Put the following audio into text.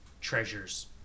treasures